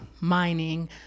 mining